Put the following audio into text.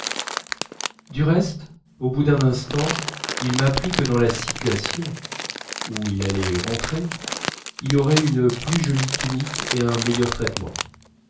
du reste au bout d'un instant il m'apprit que dans la situation où il allait rentrer il aurait une plus jolie tunique et un meilleur traitement